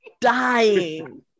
dying